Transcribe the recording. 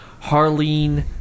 Harleen